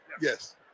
yes